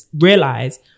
realize